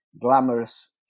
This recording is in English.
glamorous